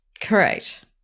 Correct